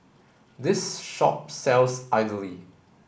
this shop sells idly